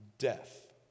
death